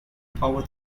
power